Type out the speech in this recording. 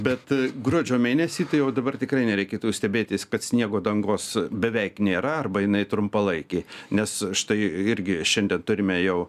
bet gruodžio mėnesį tai jau dabar tikrai nereikėtų stebėtis kad sniego dangos beveik nėra arba jinai trumpalaikė nes štai irgi šiandien turime jau